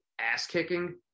ass-kicking